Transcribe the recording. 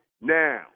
now